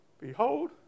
behold